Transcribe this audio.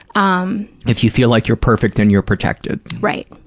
um if you feel like you're perfect, then you're protected. right.